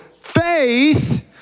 faith